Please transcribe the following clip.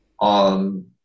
on